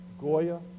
Goya